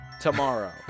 Tomorrow